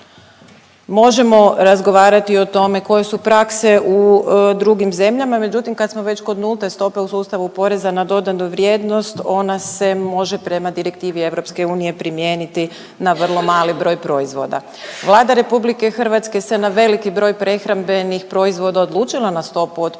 možemo razgovarati o tome koje su prakse u drugim zemljama, međutim kad smo već kod nulte stope u sustavu poreza na dodanu vrijednost ona se može prema direktivi EU primijeniti na vrlo mali broj proizvoda. Vlada RH se na veliki broj prehrambenih proizvoda odlučila na stopu od 5% poreza